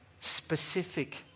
specific